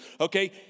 Okay